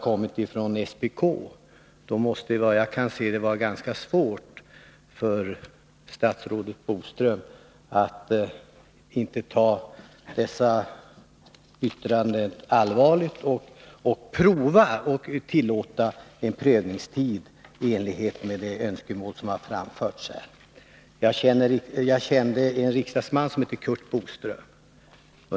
— som från SPK, måste det, såvitt jag kan se, vara ganska svårt för statsrådet Boström att inte ta dessa yttranden på allvar och tillåta en försökstid i enlighet med de önskemål som framförts. Jag kände under många år en riksdagsman som hette Curt Boström.